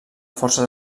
forces